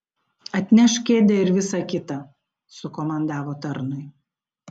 atnešk kėdę ir visa kita sukomandavo tarnui